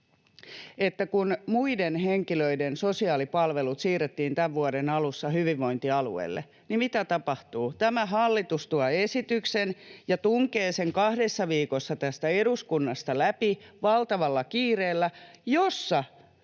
kun muiden henkilöiden sosiaalipalvelut siirrettiin tämän vuoden alussa hyvinvointialueelle, niin mitä tapahtuu — tämä hallitus tuo ja tunkee kahdessa viikossa tästä eduskunnasta läpi valtavalla kiireellä